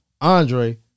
Andre